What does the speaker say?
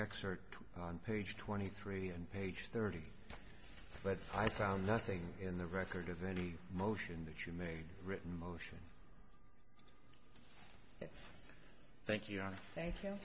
expert on page twenty three and page thirty but i found nothing in the record of any motion that you made written motion thank you you thank